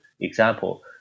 example